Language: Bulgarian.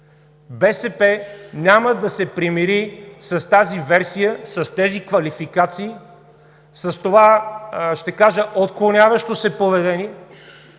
БСП няма да се примири с тази версия, с тези квалификации, с това, ще кажа, отклоняващо се поведение